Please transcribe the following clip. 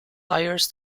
tires